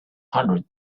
hundred